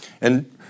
And-